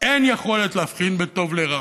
אין יכולת להבחין בין טוב לרע.